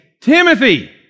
Timothy